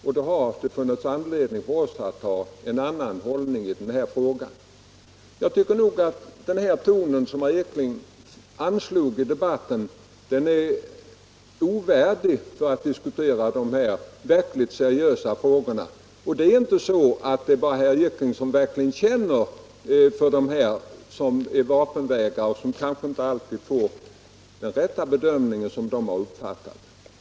Jag tycker att den ton som herr Ekinge anslog i den här debatten är ovärdig när man diskuterar dessa verkligt seriösa frågor. Det är verkligen inte bara herr Ekinge som känner för de vapenvägrare som inte får den bedömning som de själva anser vara den rätta.